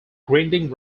grinding